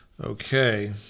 Okay